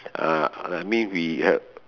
uh I mean we h~